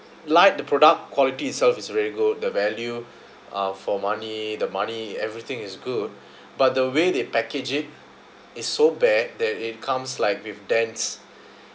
like the product quality itself is really good the value uh for money the money everything is good but the way they package it is so bare that it comes like with dense